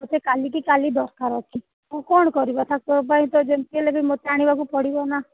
କାଲିକି କାଲି ଦରକାର ଅଛି କ'ଣ କରିବା ତାଙ୍କ ପାଇଁ ତ ଯେମିତି ହେଲେବି ମୋତେ ଆଣିବାକୁ ପଡ଼ିବ ନା